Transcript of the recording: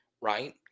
right